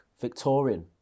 Victorian